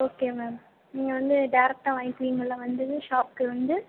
okay ma'am நீங்கள் வந்து டேரேக்டாக வாங்கிக்கிவிங்களா வந்து ஷாப்க்கு வந்து